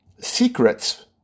secrets